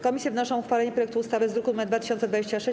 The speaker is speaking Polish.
Komisje wnoszą o uchwalenie projektu ustawy z druku nr 2026.